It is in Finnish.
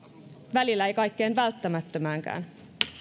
välillä ei kaikkeen välttämättömäänkään